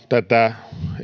tätä